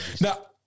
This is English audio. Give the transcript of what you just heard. Now